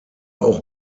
auch